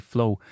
Flow